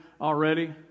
already